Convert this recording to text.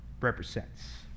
represents